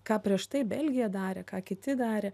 ką prieš tai belgija darė ką kiti darė